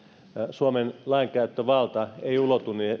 suomen lainkäyttövalta ei ulotu